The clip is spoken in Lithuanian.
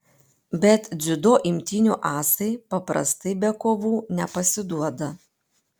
bet dziudo imtynių asai paprastai be kovų nepasiduoda